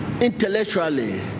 intellectually